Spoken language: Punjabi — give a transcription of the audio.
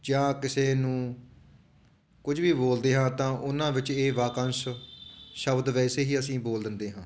ਜਾਂ ਕਿਸੇ ਨੂੰ ਕੁਝ ਵੀ ਬੋਲਦੇ ਹਾਂ ਤਾਂ ਉਹਨਾਂ ਵਿੱਚ ਇਹ ਵਾਕੰਸ਼ ਸ਼ਬਦ ਵੈਸੇ ਹੀ ਅਸੀਂ ਬੋਲ ਦਿੰਦੇ ਹਾਂ